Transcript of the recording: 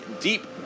deep